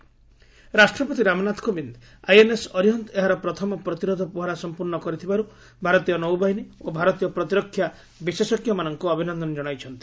ପ୍ରେକ୍ ଅରିହନ୍ତ ରାଷ୍ଟ୍ରପତି ରାମନାଥ କୋବିନ୍ଦ୍ ଆଇଏନ୍ଏସ୍ ଅରିହନ୍ତ ଏହାର ପ୍ରଥମ ପ୍ରତିରୋଧ ପହରା ସମ୍ପର୍ଷ୍ଣ କରିଥିବାରୁ ଭାରତୀୟ ନୌବାହିନୀ ଓ ଭାରତୀୟ ପ୍ରତିରକ୍ଷା ବିଶେଷଜ୍ଞମାନଙ୍କୁ ଅଭିନନ୍ଦନ ଜଣାଇଛନ୍ତି